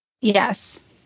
Yes